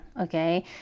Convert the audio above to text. okay